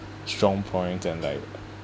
strong point and like